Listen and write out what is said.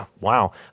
wow